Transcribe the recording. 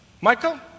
Michael